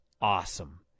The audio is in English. awesome